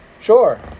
Sure